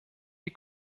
die